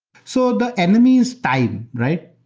so the enemy is time, right?